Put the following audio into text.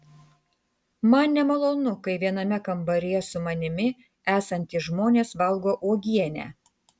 man nemalonu kai viename kambaryje su manimi esantys žmonės valgo uogienę